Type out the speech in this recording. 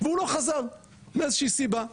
והוא לא חזר מאיזושהי סיבה,